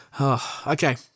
okay